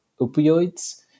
opioids